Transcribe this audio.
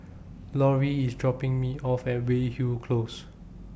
Lorrie IS dropping Me off At Weyhill Close